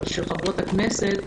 ושל חברות הכנסת.